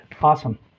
Awesome